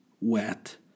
wet